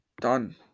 done